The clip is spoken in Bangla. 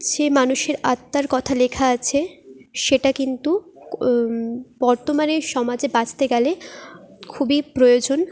যে মানুষের আত্মার কথা লেখা আছে সেটা কিন্তু কো বর্তমানের সমাজে বাঁচতে গেলে খুবই প্রয়োজন